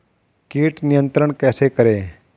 कीट नियंत्रण कैसे करें?